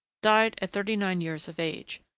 died at thirty-nine years of age.